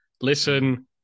listen